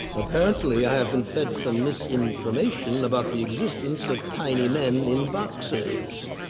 apparently i have been fed some misinformation about the existence of tiny men in boxes.